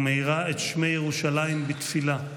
ומאירה את שמי ירושלים בתפילה,